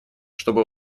чтобы